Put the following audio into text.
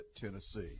Tennessee